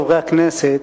חברי הכנסת,